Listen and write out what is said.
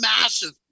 massive